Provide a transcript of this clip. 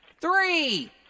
three